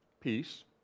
peace